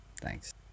thanks